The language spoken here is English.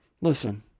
Listen